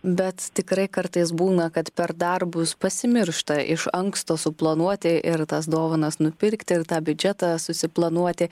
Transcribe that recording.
bet tikrai kartais būna kad per darbus pasimiršta iš anksto suplanuoti ir tas dovanas nupirkti ir tą biudžetą susiplanuoti